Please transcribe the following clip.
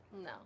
No